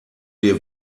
wir